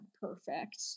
perfect